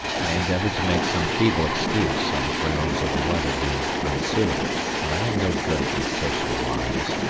i endeavoured to make some feeble excuse on the grounds of the weather being unsuitable, but i am no good at these social lies,